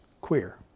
queer